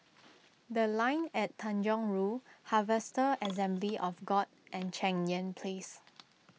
the Line and Tanjong Rhu Harvester Assembly of God and Cheng Yan Place